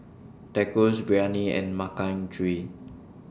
Tacos Biryani and Makchang Gui